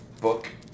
book